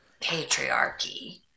patriarchy